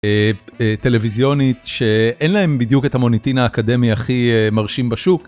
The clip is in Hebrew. טלוויזיונית שאין להם בדיוק את המוניטין האקדמי הכי מרשים בשוק.